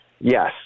yes